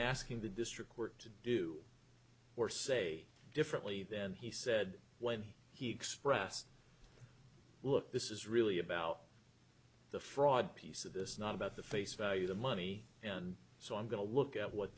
asking the district court to do or say differently then he said when he expressed look this is really about the fraud piece of this not about the face value the money and so i'm going to look at what